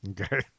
Okay